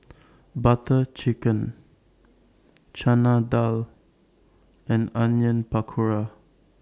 Butter Chicken Chana Dal and Onion Pakora